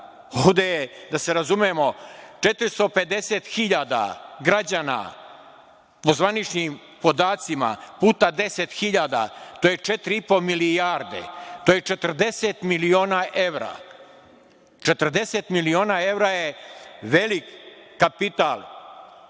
ovde je, da se razumemo 450.000 građana, po zvaničnim podacima, puta 10.000, to je 4,5 milijarde, to je 40 miliona evra. Četrdeset miliona evra je veliki kapital